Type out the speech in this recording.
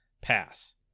pass